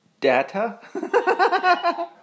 Data